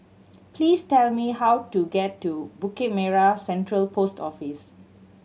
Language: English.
please tell me how to get to Bukit Merah Central Post Office